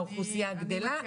האוכלוסיה גדלה,